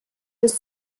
bis